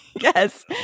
yes